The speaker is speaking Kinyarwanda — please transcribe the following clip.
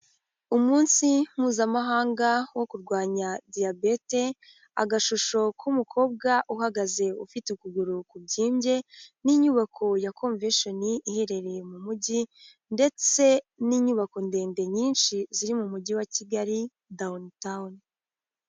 Umunsi mpuzamahanga wo kurwanya diyabete, agashusho k'umukobwa uhagaze ufite ukuguru kubyimbye n'inyubako ya komveshoni iherereye mu mujyi, ndetse n'inyubako ndende nyinshi ziri mu mujyi wa Kigali dawuni tawuni.